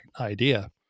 idea